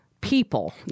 people